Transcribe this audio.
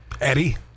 Eddie